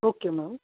okay ma'am